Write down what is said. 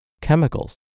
chemicals